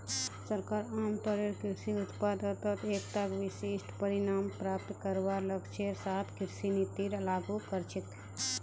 सरकार आमतौरेर कृषि उत्पादत एकता विशिष्ट परिणाम प्राप्त करवार लक्ष्येर साथ कृषि नीतिर लागू कर छेक